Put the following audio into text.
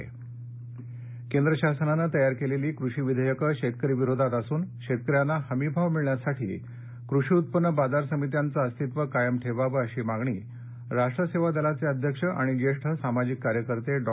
नाशिक केंद्र शासनाने तयार केलेली कृषी विधेयकं शेतकरी विरोधात असून शेतकऱ्यांना हमी भाव मिळण्यासाठी कृषी उत्पन्न बाजार समित्यांचं अस्तित्व कायम ठेवावं अशी मागणी राष्ट् सेवा दलाचे अध्यक्ष आणि जेष्ठ सामाजिक कार्यकर्ते डॉ